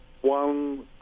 one